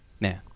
man